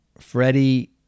Freddie